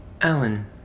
Alan